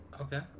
Okay